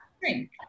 drink